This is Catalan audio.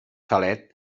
xalet